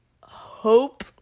hope